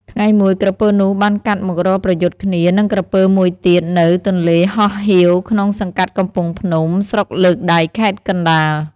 ថ្ងៃមួយ ក្រពើនោះបានកាត់មករកប្រយុទ្ធគ្នានឹងក្រពើមួយទៀតនៅ ទន្លេហោះហៀវ ក្នុងសង្កាត់កំពង់ភ្នំ ស្រុកលើកដែក (ខេត្តកណ្ដាល)។